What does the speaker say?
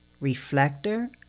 Reflector